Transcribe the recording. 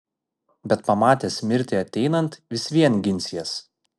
bet pamatęs mirtį ateinant vis vien ginsies